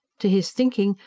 to his thinking,